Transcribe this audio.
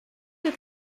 les